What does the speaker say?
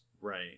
Right